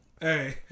Hey